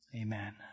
Amen